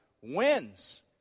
wins